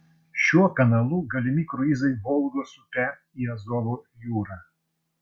šiuo kanalu galimi kruizai volgos upe į azovo jūrą